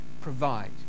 provide